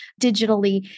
digitally